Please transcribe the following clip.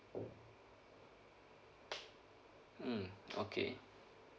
mm okay